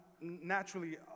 naturally